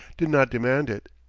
did not demand it.